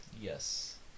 Yes